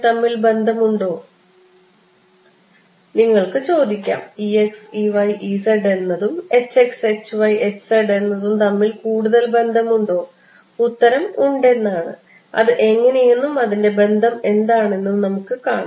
തമ്മിൽ ബന്ധമുണ്ടോ നിങ്ങൾക്ക് ചോദിക്കാം എന്നതും എന്നതും തമ്മിൽ കൂടുതൽ ബന്ധമുണ്ടോ ഉത്തരം ഉണ്ടെന്നാണ് അത് എങ്ങനെയെന്നും അതിൻറെ ബന്ധം എന്താണെന്നും നമുക്ക് കാണാം